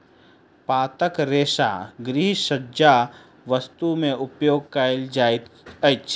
पातक रेशा गृहसज्जा वस्तु में उपयोग कयल जाइत अछि